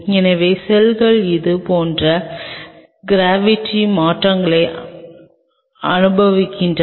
எனவே செல்கள் இது போன்ற க்ராவிட்டி மாற்றங்களை அனுபவிக்கின்றன